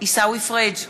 עיסאווי פריג'